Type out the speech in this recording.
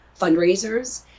fundraisers